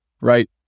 right